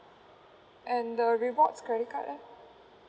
and the rewards credit card leh